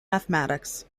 mathematics